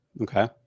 Okay